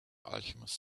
alchemist